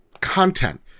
content